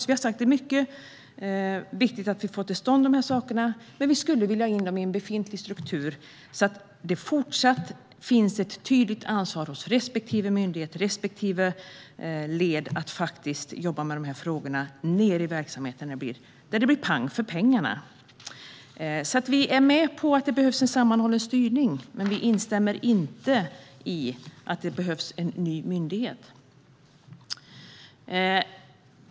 Vi har sagt att det är mycket viktigt att vi får till stånd de här sakerna, men vi skulle vilja ha in dem i en befintlig struktur så att det fortsatt finns ett tydligt ansvar hos respektive myndighet och respektive led att jobba med de här frågorna nere i verksamheten, där det blir pang för pengarna. Vi är alltså med på att det behövs en sammanhållen styrning, men vi instämmer inte i att det behövs en ny myndighet.